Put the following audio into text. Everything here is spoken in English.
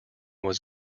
was